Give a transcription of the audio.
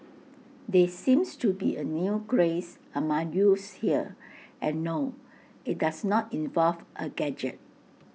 there seems to be A new craze among youths here and no IT does not involve A gadget